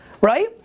Right